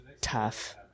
tough